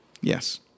Yes